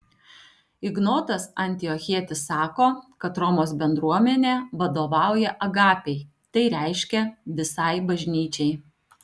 ignotas antiochietis sako kad romos bendruomenė vadovauja agapei tai reiškia visai bažnyčiai